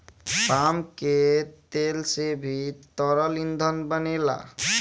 palm के तेल से भी तरल ईंधन बनेला